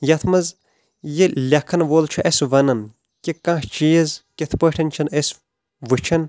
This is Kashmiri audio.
یتھ منٛز یہِ لیکھان وول چھُ اسہ وَنان کہِ کانٛہہ چیٖز کِتھ پٲٹھۍ چھِ أسۍ وٕچھان